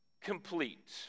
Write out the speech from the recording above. complete